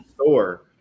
store